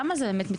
למה זה מתעכב?